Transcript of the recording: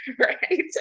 right